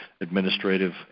administrative